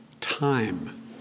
Time